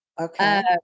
okay